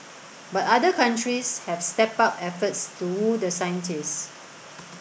but other countries have stepped up efforts to woo the scientists